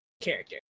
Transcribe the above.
character